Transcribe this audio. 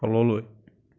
তললৈ